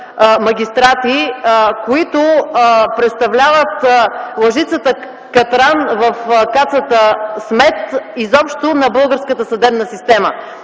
магистрати, които представляват лъжицата катран в кацата с мед изобщо на българската система.